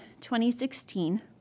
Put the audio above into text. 2016